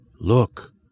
Look